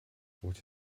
what